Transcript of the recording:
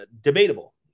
debatable